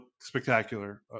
spectacular